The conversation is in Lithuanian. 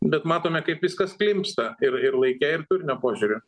bet matome kaip viskas klimpsta ir ir laike ir turinio požiūriu